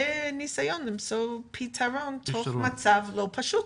ונסיון למצוא פתרון תוך מצב לא פשוט.